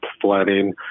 flooding